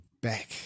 back